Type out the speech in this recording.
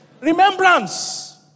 Remembrance